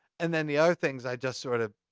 and then the other things i just sort of,